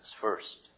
first